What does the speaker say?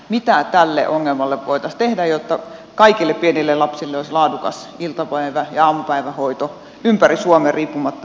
mitä tälle ongelmalle voitaisiin tehdä jotta kaikille pienille lapsille olisi laadukas iltapäivä ja aamupäivähoito ympäri suomen riippumatta missä asuu